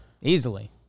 easily